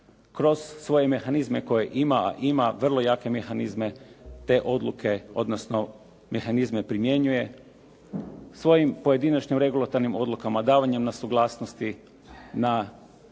kroz svoje mehanizme koje ima, a ima vrlo jake mehanizme, te odluke odnosno mehanizme primjenjuje svojim pojedinačnim regulatornim odlukama, davanjem na suglasnosti, na